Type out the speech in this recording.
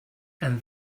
and